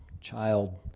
child